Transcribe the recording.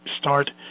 start